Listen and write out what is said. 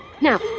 Now